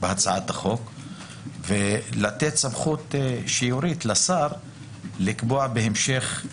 בהצעת החוק ולתת סמכות שיורית לשר לקבוע בהמשך.